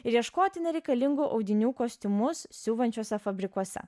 ir ieškoti nereikalingų audinių kostiumus siuvančiuose fabrikuose